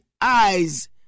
Eyes